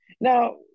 now